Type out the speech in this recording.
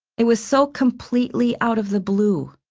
it was so completely out of the blue.